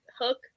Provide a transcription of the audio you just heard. Hook